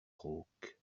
rauque